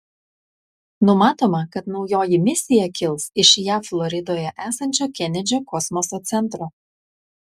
numatoma kad naujoji misija kils iš jav floridoje esančio kenedžio kosmoso centro